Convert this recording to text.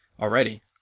already